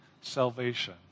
salvation